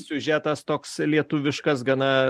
siužetas toks lietuviškas gana